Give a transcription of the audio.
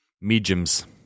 Mediums